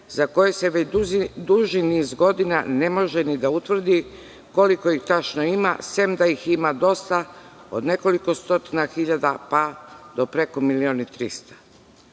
za koje se već duži niz godina ne može ni da utvrdi koliko ih tačno ima, sem da ih ima dosta, od nekoliko stotina hiljada, pa do preko milion i